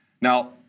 Now